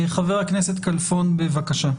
חבר הכנסת כלפון, בבקשה.